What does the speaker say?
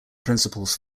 principles